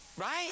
right